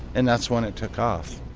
and that's when it took off.